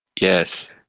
Yes